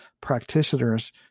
Practitioners